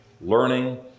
learning